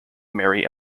mary